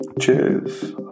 Cheers